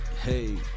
Hey